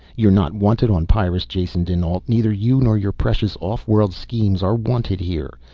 you're not wanted on pyrrus, jason dinalt, neither you nor your precious off-world schemes are wanted here.